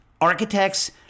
Architects